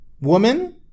woman